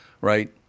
right